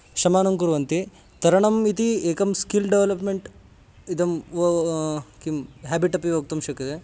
शमनं कुर्वन्ति तरणम् इति एकं स्किल् डेवलप्मेण्ट् इदं किं हेबिट् अपि वक्तुं शक्यते